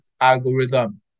algorithm